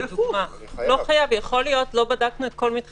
לא בדקנו את כל מתחמי